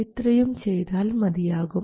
ഇത്രയും ചെയ്താൽ മതിയാകും